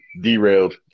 derailed